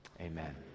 Amen